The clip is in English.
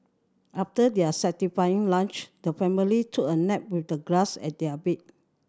after their satisfying lunch the family took a nap with the grass as their bed